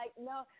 no